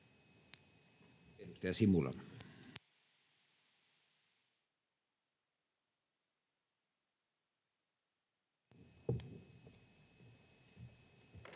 Edustaja Simula.